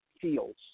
feels